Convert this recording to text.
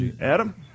Adam